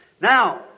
Now